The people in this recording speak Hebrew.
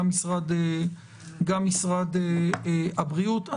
גם משרד הבריאות.